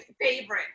favorite